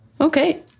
Okay